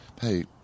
hey